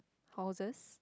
houses